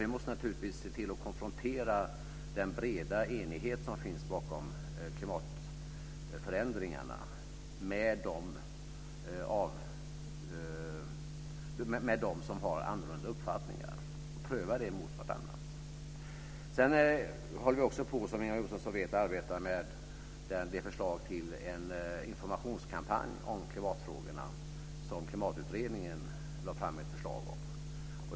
Vi måste naturligtvis se till att konfrontera den breda enighet som finns bakom klimatförändringarna med dem som har annorlunda uppfattningar och pröva det mot varandra. Sedan håller vi också på, som Ingemar Josefsson vet, och arbetar med det förslag till en informationskampanj om klimatfrågorna som Klimatutredningen lade fram ett förslag om.